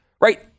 right